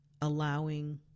allowing